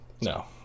No